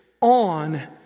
on